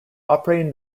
operating